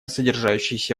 содержащиеся